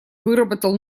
выработал